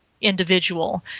individual